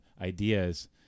ideas